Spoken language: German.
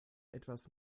etwas